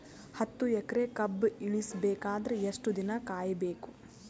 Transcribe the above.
ಹತ್ತು ಎಕರೆ ಕಬ್ಬ ಇಳಿಸ ಬೇಕಾದರ ಎಷ್ಟು ದಿನ ಕಾಯಿ ಬೇಕು?